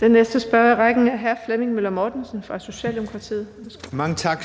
Værsgo. Kl. 16:46 Flemming Møller Mortensen (S): Mange tak